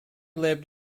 lived